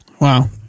Wow